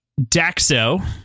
Daxo